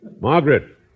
Margaret